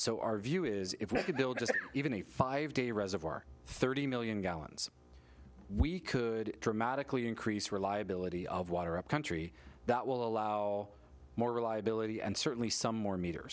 just even a five day reservoir thirty million gallons we could dramatically increase reliability of water upcountry that will allow more reliability and certainly some more meter